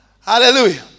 Hallelujah